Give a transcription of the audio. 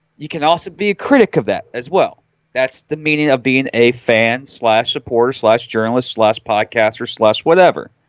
you can also be a critic of that as well that's the meaning of being a fan slash supporter slash journalists last podcast or slash. whatever